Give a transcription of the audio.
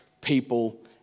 people